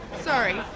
Sorry